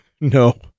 No